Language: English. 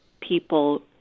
people